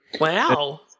Wow